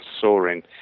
soaring